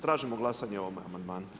Tražimo glasanje o ovome amandmanu.